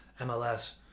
MLS